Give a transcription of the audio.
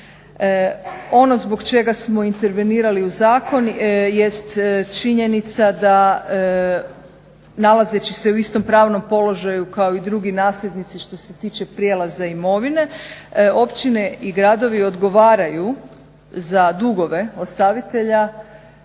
Ono zbog čega smo intervenirali u zakon jest činjenica da nalazeći se u istom pravnom položaju kao i drugi nasljednici što se tiče prijelaza imovine općine i gradovi odgovaraju za dugove ostavitelja